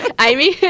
Amy